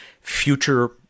future